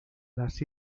las